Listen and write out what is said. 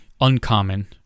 uncommon